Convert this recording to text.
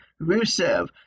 rusev